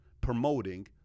promoting